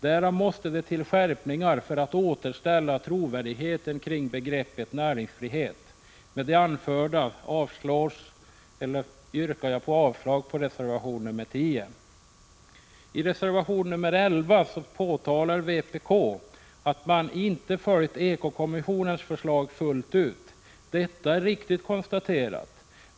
Därför måste det till skärpningar för att återställa trovärdigheten beträffande begreppet näringsfrihet. Med det anförda yrkar jag avslag på reservation 10. I reservation 11 påtalar vpk att ekokommissionens förslag inte har följts fullt ut. Detta är riktigt konstaterat.